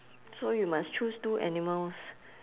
so you must choose two animals